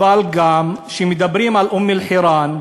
אבל גם כשמדברים על אום-אלחיראן,